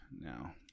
now